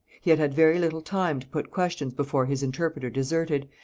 he had had very little time to put questions before his interpreter deserted,